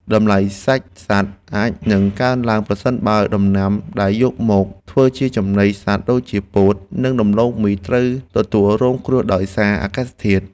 តម្លៃសាច់សត្វអាចនឹងកើនឡើងប្រសិនបើដំណាំដែលយកមកធ្វើជាចំណីសត្វដូចជាពោតនិងដំឡូងមីត្រូវទទួលរងគ្រោះដោយសារអាកាសធាតុ។